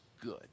good